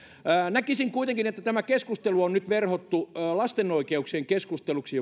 näkisin kuitenkin että tämä keskustelu on nyt verhottu lasten oikeuksien keskusteluksi